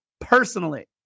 personally